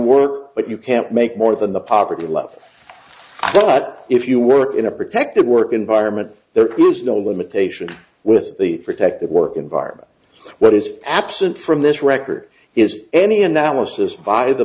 work but you can't make more than the poverty level but if you were in a protected work environment there was no limitation with the protected work environment what is absent from this record is any analysis by the